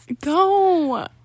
Go